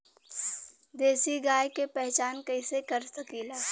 देशी गाय के पहचान कइसे कर सकीला?